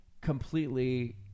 completely